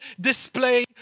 display